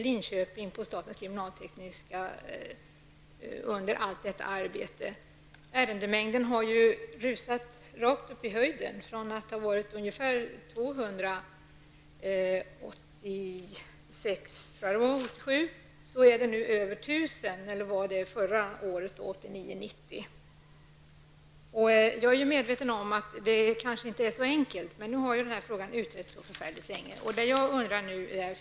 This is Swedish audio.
Linköping dignar man under allt detta arbete. Ärendemängden har rusat i höjden från att 1986-- 1987 ha omfattat ungefär 200 till ungefär 1 000 år Jag är medveten om att detta inte är så enkelt. Men nu har denna fråga utretts så förfärligt länge.